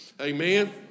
Amen